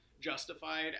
justified